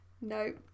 no